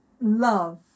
love